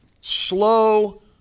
slow